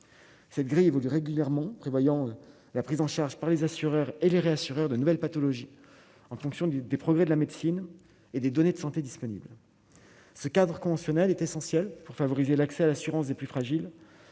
cette grille évolue régulièrement prévoyant la prise en charge par les assureurs et les réassureurs de nouvelles pathologies en fonction des progrès de la médecine et des données de santé disponible ce cadre conventionnel est essentiel pour favoriser l'accès à l'assurance des plus fragiles